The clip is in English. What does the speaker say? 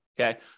Okay